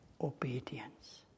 obedience